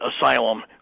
asylum